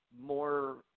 more